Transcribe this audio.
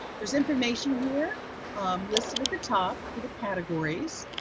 there's information here um listed at the top for the categories.